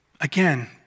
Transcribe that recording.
Again